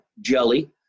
jelly